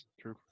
True